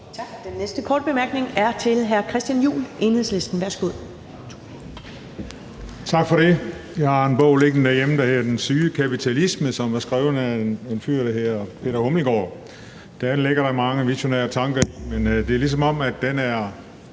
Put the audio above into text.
Tak. Den næste korte bemærkning er til hr. Christian Juhl, Enhedslisten. Værsgo. Kl. 12:02 Christian Juhl (EL): Tak for det. Jeg har en bog liggende derhjemme, der hedder »Den syge kapitalisme«, som er skrevet af en fyr, der hedder Peter Hummelgaard. Deri ligger der mange visionære tanker, men det er, som om de er